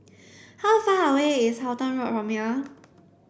how far away is Halton Road from here